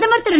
பிரதமர் திரு